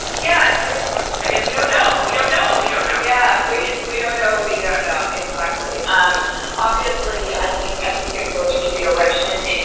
yeah, it's a good question. i guess we don't know. we don't know what we don't know yeah yet we don't know. we don't know exactly. um obviously, i think as we get closer to the election,